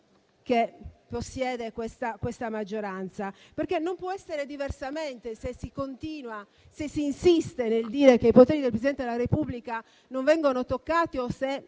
che possiede questa maggioranza, perché non può essere diversamente se si insiste nel dire che i poteri del Presidente della Repubblica non vengono toccati, o,